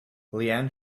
leanne